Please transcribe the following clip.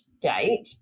date